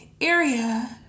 area